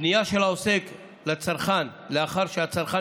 1. פנייה של עוסק לצרכן לאחר שהצרכן